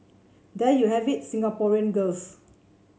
there you have it Singaporean girls